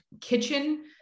kitchen